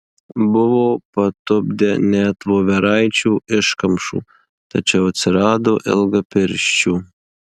buvo patupdę net voveraičių iškamšų tačiau atsirado ilgapirščių